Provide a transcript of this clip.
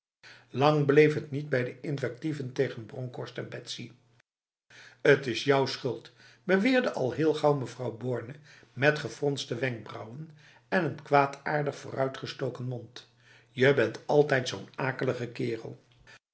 lang bleef het niet bij de invectieven tegen bronkhorst en betsy t is jouw schuld beweerde al heel gauw mevrouw borne met gefronste wenkbrauwen en een kwaadaardig vooruitgestoken mond je bent altijd zo'n akelige kerel